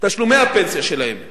תשלומי הפנסיה שלהם,